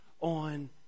on